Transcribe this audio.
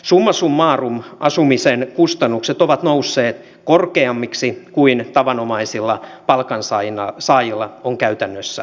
summa summarum asumisen kustannukset ovat nousseet korkeammiksi kuin tavanomaisilla palkansaajilla on käytännössä varoja